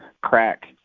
crack